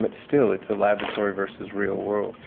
but still it's a laboratory versus real world.